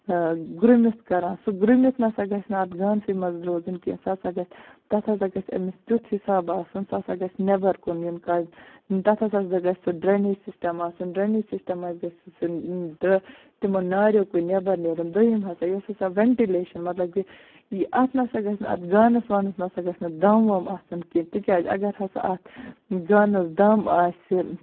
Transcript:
گرُمِتھ کران سُہ گرُمِتھ نہ سا گژھِ نہٕ اَتھ گانسٕے منٛز روزُن کیٚنہہ سُہ ہسا گژھِ تَتھ ہسا گژھِ أمِس تیُتھ حساب آسُن سُہ ہسا گژھِ نٮ۪بَر کُن یُن کڑ تَتھ ہسا گژھِ سُہ ڈرٛینیج سِسٹَم آسُن ڈرٛینیج سِسٹَم حظ گژھِ تِمو ناریو کٕنۍ نٮ۪بَر نیرُن دۄیِم ہسا یۄس ہسا وٮ۪نٹِلیشَن مطلب کہ یہِ اَتھ نہ سا گژھِ نہٕ اَتھ گانَس وانَس نہ سا گژھِ نہٕ دَم وَم آسُن کیٚنہہ تِکیٛازِ اگر ہسا اَتھ گانَس دَم آسہِ